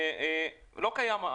וזה לא קיים.